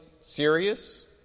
serious